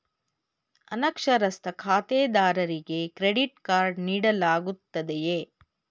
ಅನಕ್ಷರಸ್ಥ ಖಾತೆದಾರರಿಗೆ credit card ನೀಡಲಾಗುತ್ತದೆಯೇ?